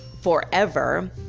forever